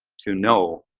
to know